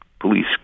police